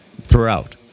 throughout